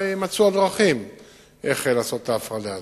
ויימצאו הדרכים לעשות את ההפרדה הזאת.